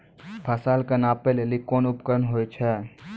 फसल कऽ नापै लेली कोन उपकरण होय छै?